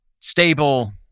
stable